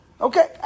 Okay